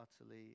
utterly